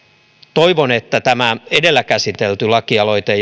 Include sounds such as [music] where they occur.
toivon että tämä edellä käsitelty lakialoite [unintelligible]